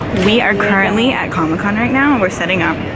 we are currently at comic con right now and were setting up